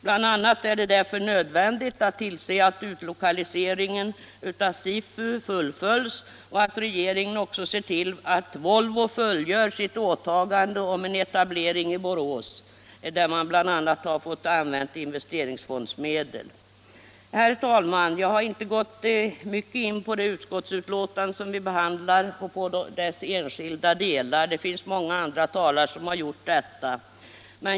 Bl.a. är det nödvändigt att tillse att utlokaliseringen av Sifu fullföljs och att Volvo fullgör sitt åtagande om etablering i Borås, där man bl.a. har fått använda investeringsfondsmedel. Herr talman! Jag har inte gått närmare in på det utskottsbetänkande som vi nu behandlar eller på dess enskilda delar. Det har många andra talare gjort.